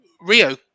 Rio